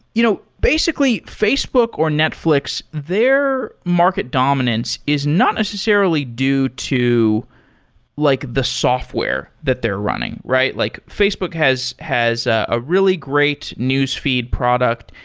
you know basically, facebook or netflix, their market dominance is not necessarily due to like the software that they're running. like facebook has has a really great newsfeed product.